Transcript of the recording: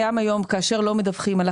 אפשר לדבר על